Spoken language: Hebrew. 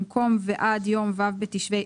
במקום 'ועד יום ו' בתשרי',